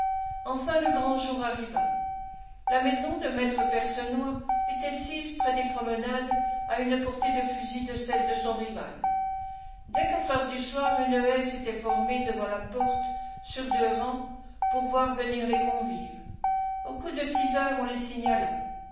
enfin le grand jour arriva la maison de me percenoix était sise près des promenades à une portée de fusil de celle de son rival dès quatre heures du soir une haie s'était formée devant la porte sur deux rangs pour voir venir les convives au coup de six heures on les signala